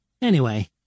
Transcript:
Anyway